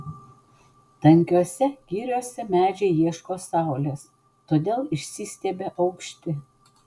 tankiose giriose medžiai ieško saulės todėl išsistiebia aukšti